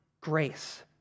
grace